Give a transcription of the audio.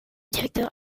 directeur